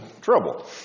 trouble